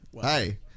Hey